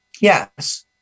Yes